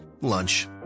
lunch